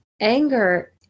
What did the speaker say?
anger